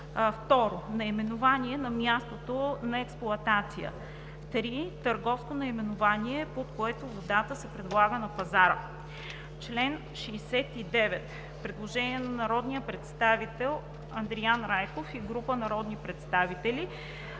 води; 2. наименование на мястото на експлоатация; 3. търговско наименование, под което водата се предлага на пазара.“ По чл. 69 има предложение на народния представител Андриан Райков и група народни представители.